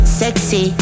sexy